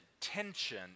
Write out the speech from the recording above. tension